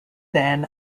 then